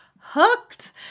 hooked